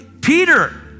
Peter